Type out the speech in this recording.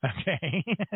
Okay